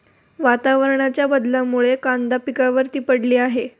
वातावरणाच्या बदलामुळे कांदा पिकावर ती पडली आहे